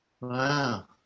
wow